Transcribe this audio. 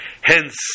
Hence